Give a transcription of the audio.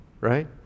right